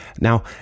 Now